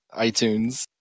iTunes